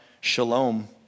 shalom